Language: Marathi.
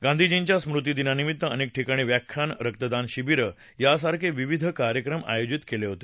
गांधीजींच्या स्मृतीदिनानिमित्त अनेक ठिकाणी व्याख्यान रक्तदान शिबीर यासारखे विविध कार्यक्रम आयोजित केले आहेत